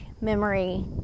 memory